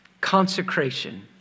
consecration